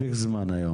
קצרות.